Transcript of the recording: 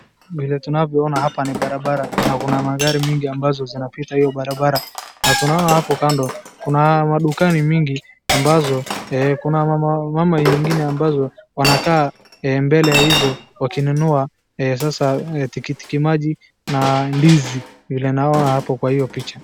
Vile tunavyoona hapa ni barabara na kuna magari mengi ambazo zinapita ,hiyo barabara na tunaona hapo kando kuna madukani mingi ambazo kuna mama wengine ambazo wanakaa mbele ya hizo wakinunua sasa tikiti maji na ndizi ,vile naona hapo kwa hiyo picha.